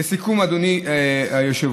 לסיכום, אדוני היושב-ראש,